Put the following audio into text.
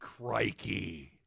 Crikey